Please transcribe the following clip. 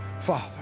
Father